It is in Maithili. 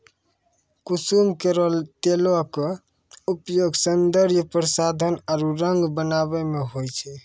कुसुम केरो तेलो क उपयोग सौंदर्य प्रसाधन आरु रंग बनावै म होय छै